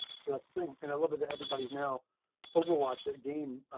so that's the thing, and a little bit that everybody's now overwatch the game.